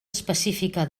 específica